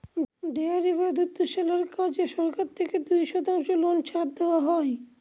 dairy বা দুগ্ধশালার কাজে সরকার থেকে দুই শতাংশ লোন ছাড় দেওয়া হয়